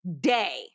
day